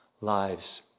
lives